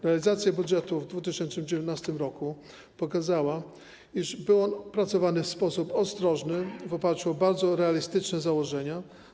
Realizacja budżetu w 2019 r. pokazała, że był on opracowany w sposób ostrożny, w oparciu o bardzo realistyczne założenia.